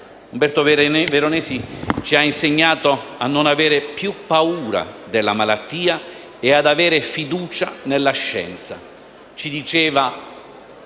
Umberto Veronesi ci ha insegnato a non avere più paura della malattia e ad avere fiducia nella scienza.